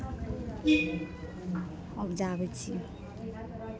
उपजाबै छी